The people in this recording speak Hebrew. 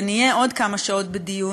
ונהיה עוד כמה שעות בדיון,